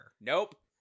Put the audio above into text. Nope